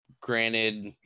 Granted